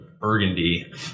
Burgundy